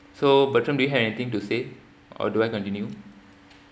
so bertrand do you have anything to say or do I continue